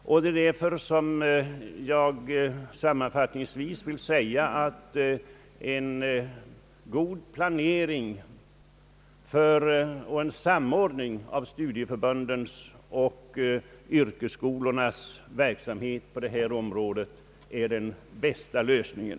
Jag vill därför sammanfattningsvis säga, att en god planering och samordning av studieförbundens och yrkesskolornas verksamhet är den bästa lösningen.